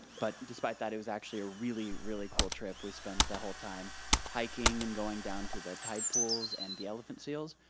but despite that, it was actually a really, really cool trip. we spent the whole time hiking and going down to the tide pools and the elephant seals.